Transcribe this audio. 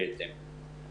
בהתאם.